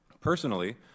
Personally